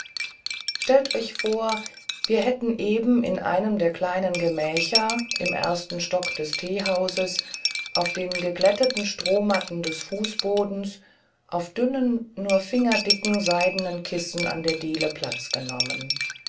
stellt euch vor wir hätten eben in einem der kleinen gemächer im ersten stock des teehauses auf den geglätteten strohmatten des fußbodens auf dünnen nur fingerdicken seidenen kissen an der diele platz genommen